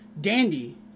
Dandy